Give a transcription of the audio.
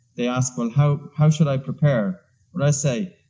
they ask, well, how how should i prepare? what i say,